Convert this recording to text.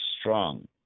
strong